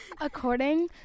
according